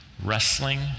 wrestling